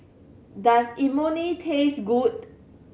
does Imoni taste good